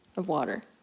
of water.